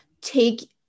take